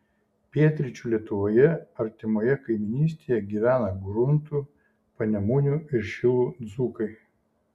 pietryčių lietuvoje artimoje kaimynystėje gyvena gruntų panemunių ir šilų dzūkai